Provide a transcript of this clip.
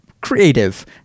creative